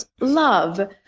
love